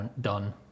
done